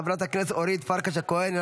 חברת הכנסת אורית פרקש הכהן,